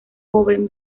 joven